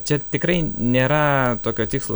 čia tikrai nėra tokio tikslo